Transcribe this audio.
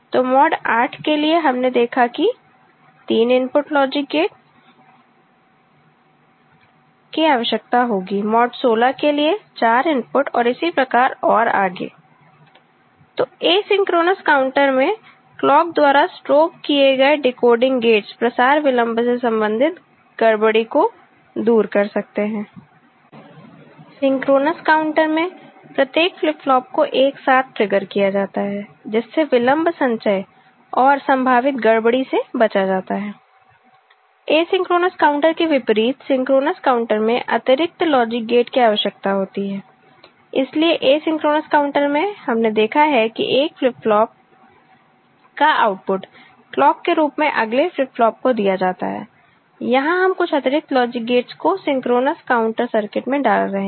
तो मॉड 8 के लिए हमने देखा है कि 3 इनपुट लॉजिक गेट की आवश्यकता होगी मॉड 16 के लिए 4 इनपुट और इसी प्रकार और आगेतो एसिंक्रोनस काउंटर में क्लॉक द्वारा स्ट्रोब किए गए डिकोडिंग गेट्स प्रसार विलंब से संबंधित गड़बड़ी को दूर कर सकते हैं सिंक्रोनस काउंटर में प्रत्येक फ्लिप फ्लॉप को एक साथ ट्रिगर किया जाता है जिससे विलंब संचय और संभावित गड़बड़ी से बचा जाता है एसिंक्रोनस काउंटर के विपरीत सिंक्रोनस काउंटर में अतिरिक्त लॉजिक गेट की आवश्यकता होती है इसलिए एसिंक्रोनस काउंटर में हमने देखा है कि एक फ्लिप फ्लॉप का आउटपुट क्लॉक के रूप में अगले फ्लिप फ्लॉप को दिया जाता है यहाँ हम कुछ अतिरिक्त लॉजिक गेट्स को सिंक्रोनस काउंटर सर्किट में डाल रहे हैं